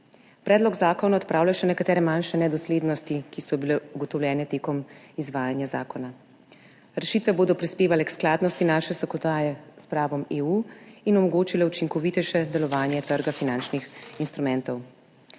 Predlog zakona odpravlja še nekatere manjše nedoslednosti, ki so bile ugotovljene med izvajanjem zakona. Rešitve bodo prispevale k skladnosti naše zakonodaje s pravom EU in omogočile učinkovitejše delovanje trga finančnih instrumentov.